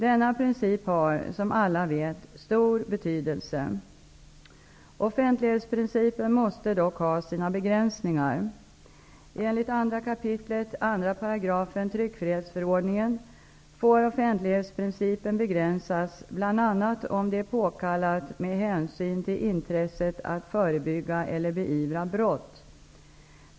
Denna princip har, som alla vet, stor betydelse. Offentlighetsprincipen måste dock ha sina begränsningar. Enligt 2 kap. 2 § tryckfrihetsförordningen får offentlighetsprincipen begränsas bl.a. om det är påkallat med hänsyn till intresset att förebygga eller beivra brott.